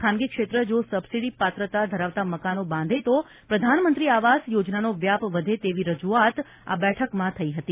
ખાનગીક્ષેત્ર જો સબસીડીપાત્રતા ધરાવતા મકાનો બાંધે તો પ્રધાનમંત્રી આવાસ યોજનાનો વ્યાપ વધે તેવી રજૂઆત આ બેઠકમાં થઇ હતી